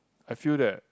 I feel that